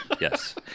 Yes